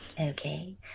Okay